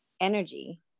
energy